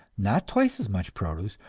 not twice as much produce,